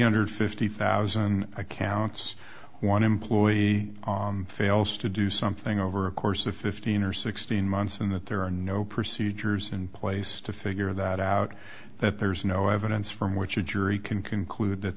hundred fifty thousand accounts one employee fails to do something over a course of fifteen or sixteen months and that there are no procedures in place to figure that out that there's no evidence from which a jury can conclude that